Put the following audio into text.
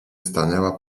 stanęła